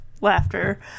laughter